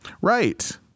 Right